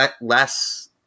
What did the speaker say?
less